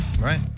Right